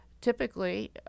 Typically